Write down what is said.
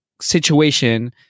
situation